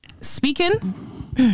speaking